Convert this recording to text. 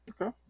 Okay